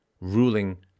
ruling